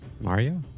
Mario